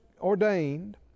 ordained